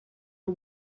the